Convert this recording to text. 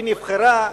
היא נבחרה,